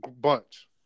bunch